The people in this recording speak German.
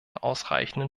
ausreichenden